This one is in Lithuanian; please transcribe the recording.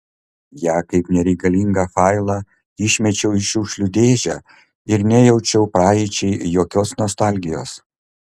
ją kaip nereikalingą failą išmečiau į šiukšlių dėžę ir nejaučiau praeičiai jokios nostalgijos